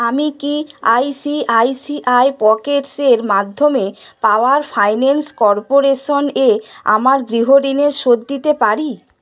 আমি কি ICICI Pockets এর মাধ্যমে পাওয়ার ফাইন্যান্স কর্পোরেশন এ আমার গৃহ ঋণের শোধ দিতে পারি